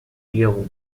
اليوم